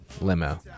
limo